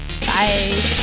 Bye